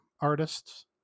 artists